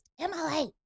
Emily